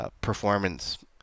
performance